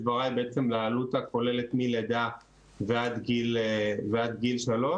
אני התייחסתי בדבריי לעלות הכוללת מלידה ועד גיל שלוש,